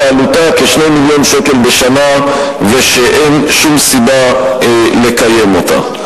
שעלותה כ-2 מיליוני שקל בשנה ואין שום סיבה לקיים אותה.